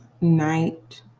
night